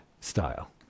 style